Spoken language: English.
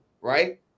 Right